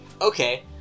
okay